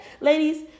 ladies